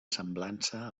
semblança